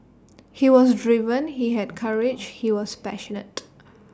he was driven he had courage he was passionate